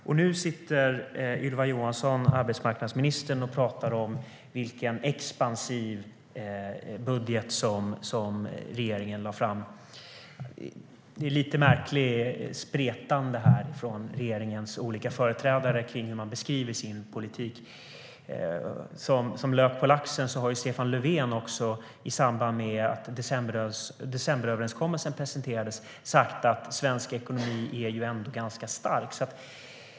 Och nu pratar Ylva Johansson, arbetsmarknadsministern, om vilken expansiv budget som regeringen lade fram. Det är lite märkligt spretigt från regeringens olika företrädare i fråga om hur man beskriver sin politik. Som lök på laxen har Stefan Löfven i samband med att Decemberöverenskommelsen presenterades sagt att svensk ekonomi ändå är ganska stark.